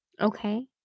Okay